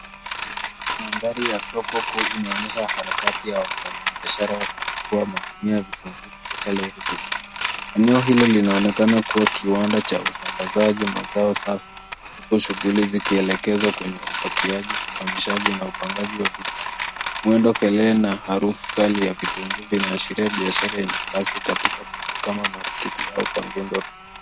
Mandhari ya soko kuu inaonyesha harakati ya wafanyibiashara wakifukua magunia ya vitunguu kutoka lori kubwa. Eneo hilo linaonekana kuwa kiwanda cha usambazaji mazao safi huku shughuli zikielekezwa kwenye upakiaji, uhamishaji na upangaji wa bidhaa. Mwendo kelee na harufu kali ya vitunguu inaashiria biashara yenye kasi katika soko kama marikiti au kangundo road.